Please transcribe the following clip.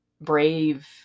brave